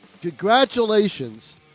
Congratulations